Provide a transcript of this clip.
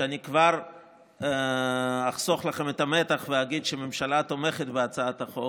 אני אחסוך לכם את המתח ואגיד שהממשלה תומכת בהצעת החוק,